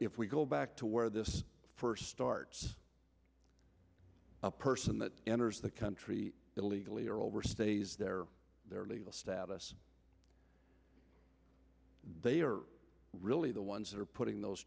if we go back to where this first starts a person that enters the country illegally or overstays their their legal status they are really the ones that are putting those